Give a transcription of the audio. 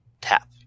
Tap